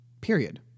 Period